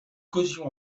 causions